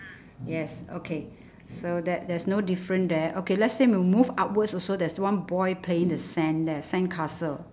yes okay so that there's no difference there okay let's say we move upwards also there's one boy playing the sand there sandcastle